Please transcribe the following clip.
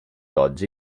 oggi